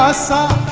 ah sir.